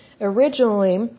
originally